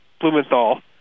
Blumenthal